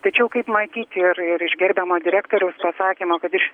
tačiau kaip matyti ir ir iš gerbiamo direktoriaus pasakymo kad iš